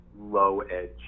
low-edge